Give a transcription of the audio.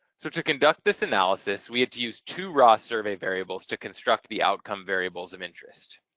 so to conduct this analysis we have to use two raw survey variables to construct the outcome variables of interest,